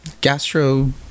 gastro